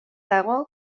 dago